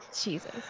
Jesus